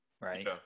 right